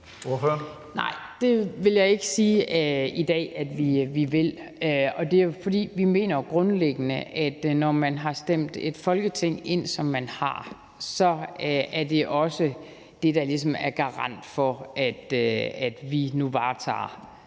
Nej, det vil jeg ikke sige i dag at vi vil. Det er, fordi vi grundlæggende mener, at når man har stemt et Folketing ind, som man har, så er det også det, der ligesom er garant for, at vi nu varetager